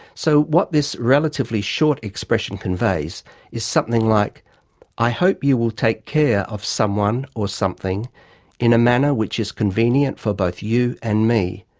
so what this relatively short expression conveys is something like i hope you will take care of someone or something in a manner which is convenient for both you and me.